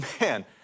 Man